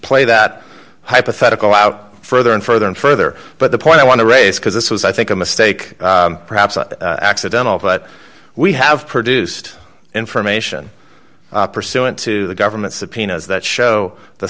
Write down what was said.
play that hypothetical out further and further and further but the point i want to raise because this was i think a mistake perhaps accidental but we have produced information pursuant to the government subpoenas that show the